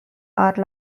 are